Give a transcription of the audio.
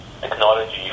technology